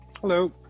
Hello